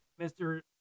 Mr